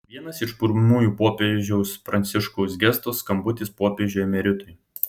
vienas iš pirmųjų popiežiaus pranciškaus gestų skambutis popiežiui emeritui